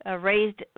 raised